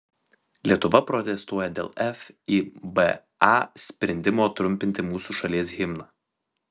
lietuva protestuoja dėl fiba sprendimo trumpinti mūsų šalies himną